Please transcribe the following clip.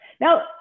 Now